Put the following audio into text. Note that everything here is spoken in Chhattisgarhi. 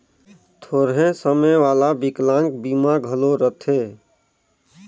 थोरहें समे वाला बिकलांग बीमा घलो रथें